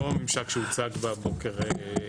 לא ממשק שהוצג כבר.